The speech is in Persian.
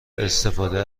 استفاده